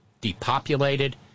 depopulated